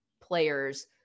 players